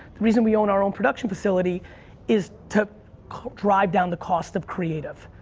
the reason we own our own production facility is to drive down the cost of creative.